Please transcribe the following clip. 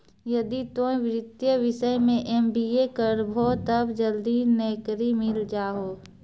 यदि तोय वित्तीय विषय मे एम.बी.ए करभो तब जल्दी नैकरी मिल जाहो